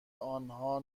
آنها